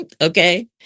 Okay